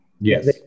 Yes